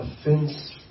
offense